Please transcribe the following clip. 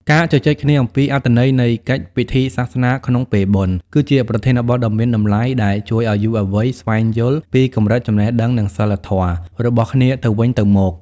ការជជែកគ្នាអំពីអត្ថន័យនៃកិច្ចពិធីសាសនាក្នុងពេលបុណ្យ គឺជាប្រធានបទដ៏មានតម្លៃដែលជួយឱ្យយុវវ័យស្វែងយល់ពី "កម្រិតចំណេះដឹង និងសីលធម៌" របស់គ្នាទៅវិញទៅមក។